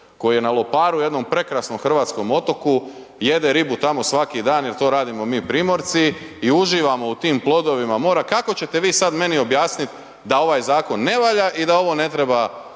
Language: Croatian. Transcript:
koji je na Loparu jednom prekrasnom hrvatskom otoku jede ribu tamo svaki dan jel to radimo mi Primorci i uživamo u tim plodovima mora, kako ćete vi sad meni objasnit da ovaj zakon ne valja i da ovo ne treba,